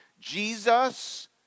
Jesus